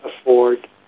afford